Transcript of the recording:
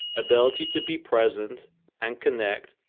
ability to be present and connect,